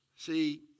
See